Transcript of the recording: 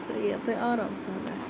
سۄ یِیٖوٕ تۄہہِ آرام سان اَتھہِ